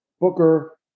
Booker